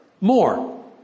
more